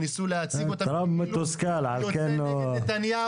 שניסו להציג אותן כאילו הוא נגד נתניהו